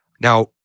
Now